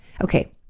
Okay